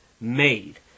made